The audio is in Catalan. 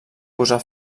posar